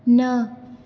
न